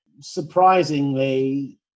Surprisingly